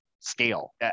scale